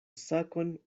sakon